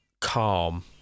Calm